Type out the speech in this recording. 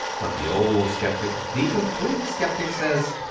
but the old sceptic, the complete sceptic, says,